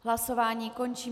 Hlasování končím.